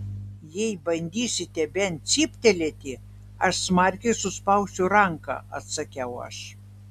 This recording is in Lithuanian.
jei bandysite bent cyptelėti aš smarkiau suspausiu ranką atsakiau aš